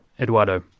Eduardo